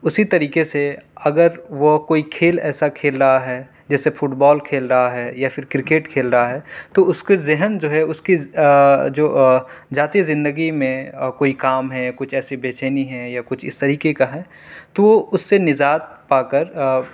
اسی طریقے سے اگر وہ کوئی کھیل ایسا کھیل رہا ہے جیسے فٹ بال کھیل رہا ہے یا پھر کرکٹ کھیل رہا ہے تو اس کے ذہن جو ہے اس کی جو جاتی زندگی میں اور کوئی کام ہے کچھ ایسی بےچینی ہے یا کچھ اس طریقے کا ہے تو وہ اس سے نجات پا کر